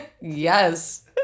Yes